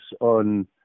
on